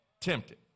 Tempted